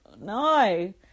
No